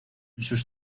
sus